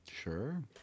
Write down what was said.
Sure